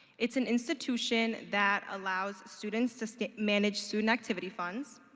it's an institution that allows students to sta-manage student activity funds,